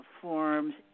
forms